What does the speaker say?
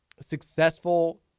successful